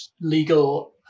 legal